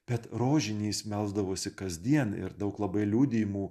bet rožiniais melsdavosi kasdien ir daug labai liudijimų